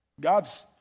God's